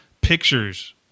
pictures